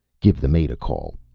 give the mate a call,